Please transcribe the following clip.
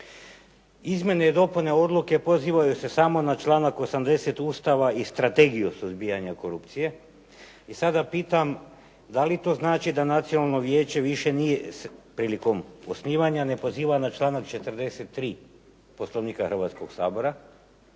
Izmjene i dopune odluke pozivaju se samo na članak 80. Ustava i Strategiju suzbijanja korupcije i sada pitam da li to znači da Nacionalno vijeće više nije prilikom osnivanja ne poziva na članak 43. Poslovnika Hrvatskog sabora